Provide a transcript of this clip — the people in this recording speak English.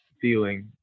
feeling